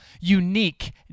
unique